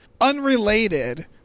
unrelated